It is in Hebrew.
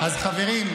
חברים,